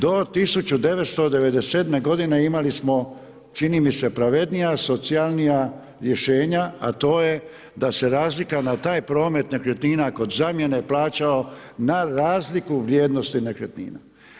Do 1997. godine imali smo čini mi se pravednija, socijalnija rješenja, a to je da se razlika na taj promet nekretnina kod zamjene plaćao na razliku vrijednosti nekretnina.